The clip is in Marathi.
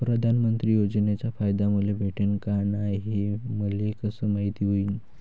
प्रधानमंत्री योजनेचा फायदा मले भेटनं का नाय, हे मले कस मायती होईन?